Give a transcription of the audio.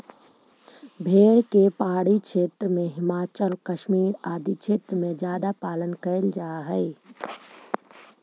भेड़ के पहाड़ी क्षेत्र में, हिमाचल, कश्मीर आदि क्षेत्र में ज्यादा पालन कैल जा हइ